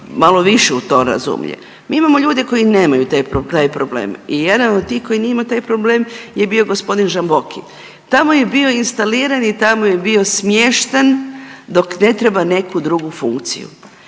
malo više u to razumije. Mi imamo ljude koji nemaju taj problem i jedan od tih koji nije imao taj problem je bio g. Žamboki. Tamo je bio instaliran i tamo je bio smješten dok ne treba neku drugu funkciju